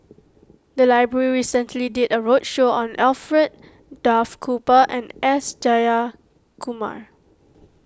the library recently did a roadshow on Alfred Duff Cooper and S Jayakumar